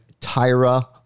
Tyra